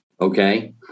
okay